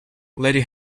lady